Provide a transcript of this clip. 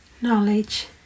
Knowledge